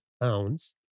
pounds